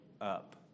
up